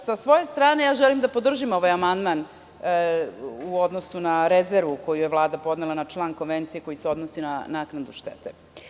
Sa svoje strane želim da podržim ovaj amandman u odnosu na rezervu koju je Vlada podnela na član konvencije koji se odnosi na naknadu štete.